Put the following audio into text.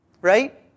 Right